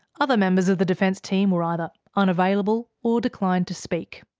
other members of the defense team were either unavailable or declined to speak.